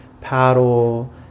paddle